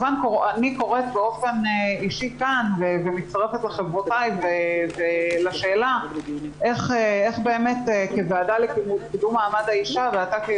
אני מצטרפת לחברותיי עם השאלה איך כוועדה לקידום מעמד האישה ואתה,